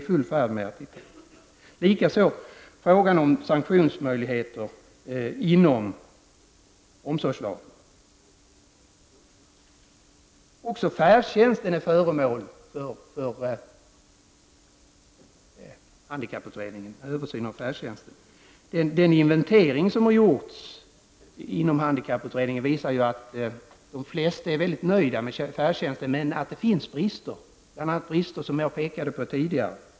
Detta gäller också frågan om sanktionsmöjligheter inom omsorgslagen. Också färdtjänsten är föremål för en översyn av handikapputredningen. Den inventering som har gjorts inom handikapputredningen visar att de flesta är mycket nöjda med färdtjänsten men att det finns brister, bl.a. brister av det slag jag pekade på tidigare.